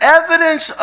evidence